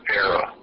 era